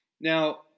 Now